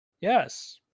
Yes